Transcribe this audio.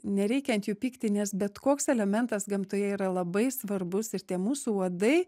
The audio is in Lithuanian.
nereikia ant jų pykti nes bet koks elementas gamtoje yra labai svarbus ir tie mūsų uodai